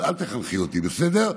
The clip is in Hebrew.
אל תחנכי אותי, בסדר?